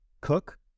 cook